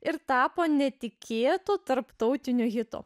ir tapo netikėtu tarptautiniu hitu